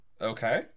Okay